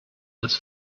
als